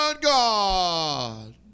God